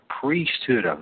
priesthood